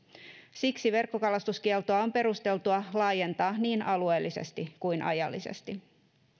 siksi verkkokalastuskieltoa on perusteltua laajentaa niin alueellisesti kuin ajallisesti